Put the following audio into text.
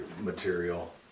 material